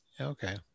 Okay